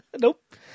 Nope